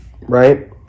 Right